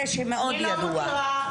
זה מקרה שמאוד ידוע.